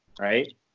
right